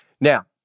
Now